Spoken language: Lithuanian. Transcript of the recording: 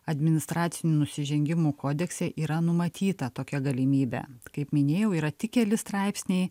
administracinių nusižengimų kodekse yra numatyta tokia galimybe kaip minėjau yra tik keli straipsniai